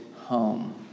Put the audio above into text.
home